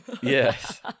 Yes